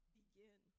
begin